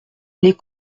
les